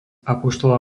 apoštola